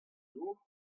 dour